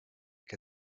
què